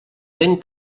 vent